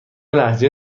لهجه